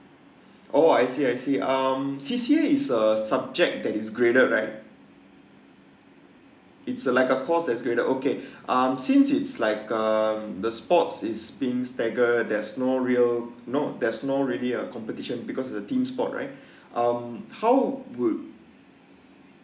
oh I see I see um C_C_A is a subject that is graded right it's a like a course that's graded okay um since it's like um the sports is being staggered there's no real not there's no really a competition because the team sport right um how would